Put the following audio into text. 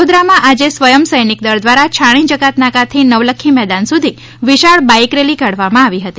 વડોદરામાં આજે સ્વયમ્ સૈનિકદળ દ્વારા છાણી જકાત નાકાથી નવલખી મેદાન સુધી વિશાળ બાઇક રેલી કાઢવામાં આવી હતી